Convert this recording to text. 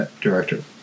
director